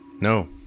No